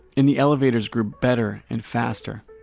and the elevators grew better and faster